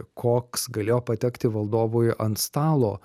koks galėjo patekti valdovui ant stalo